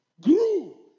grew